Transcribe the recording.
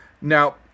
Now